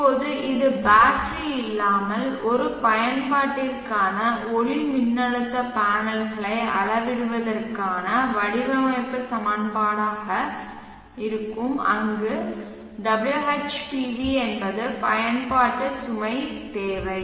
இப்போது இது பேட்டரி இல்லாமல் ஒரு பயன்பாட்டிற்கான ஒளிமின்னழுத்த பேனல்களை அளவிடுவதற்கான வடிவமைப்பு சமன்பாடாக இருக்கும் அங்கு WHPV என்பது பயன்பாட்டு சுமை தேவை